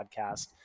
podcast